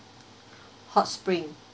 hot spring